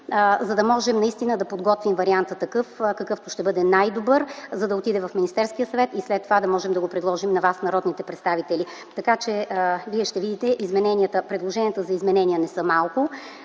за да можем наистина да подготвим варианта такъв, какъвто ще бъде най-добър, за да отиде в Министерския съвет и да можем след това да го предложим на вас, народните представители. Вие ще видите, предложенията за изменения не са малко